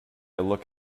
look